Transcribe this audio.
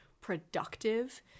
productive